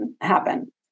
happen